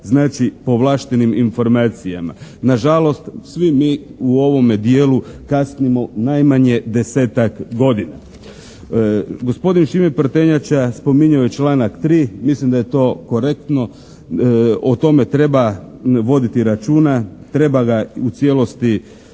Znači, povlaštenim informacijama. Na žalost svi mi u ovome dijelu kasnimo najmanje desetak godina. Gospodin Šime Prtenjača spominjao je članak 3. Mislim da je to korektno. O tome treba voditi računa. Treba ga u cijelosti